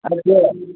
अच्छा